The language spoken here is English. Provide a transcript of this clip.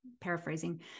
paraphrasing